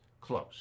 close